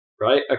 Right